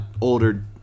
older